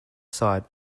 site